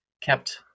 kept